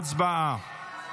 הצבעה.